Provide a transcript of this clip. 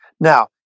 Now